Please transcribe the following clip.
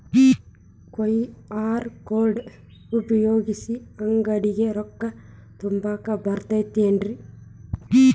QR code ಉಪಯೋಗಿಸಿ, ಅಂಗಡಿಗೆ ರೊಕ್ಕಾ ತುಂಬಾಕ್ ಬರತೈತೇನ್ರೇ?